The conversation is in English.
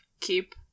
keep